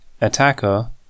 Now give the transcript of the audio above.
Attacker